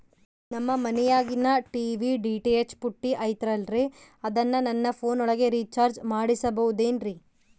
ನಮ್ಮ ಮನಿಯಾಗಿನ TV DTH ಪುಟ್ಟಿ ಐತಲ್ರೇ ಅದನ್ನ ನನ್ನ ಪೋನ್ ಒಳಗ ರೇಚಾರ್ಜ ಮಾಡಸಿಬಹುದೇನ್ರಿ?